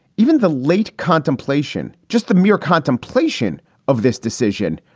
even the late contemplation. just the mere contemplation of this decision.